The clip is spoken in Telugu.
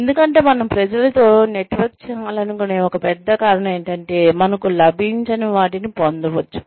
ఎందుకంటే మనం ప్రజలతో నెట్వర్క్ చేయాలనుకునే ఒక పెద్ద కారణం ఏమిటంటే మనకు లభించని వాటిని పొందవచ్చు